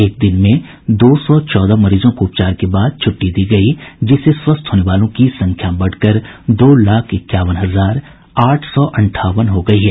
एक दिन में दो सौ चौदह मरीजों को उपचार के बाद छुट्टी दी गई जिससे स्वस्थ होने वालों की संख्या बढ़कर दो लाख इक्यावन हजार आठ सौ अंठावन हो गई है